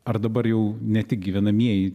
ar dabar jau ne tik gyvenamieji